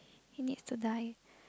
it needs to die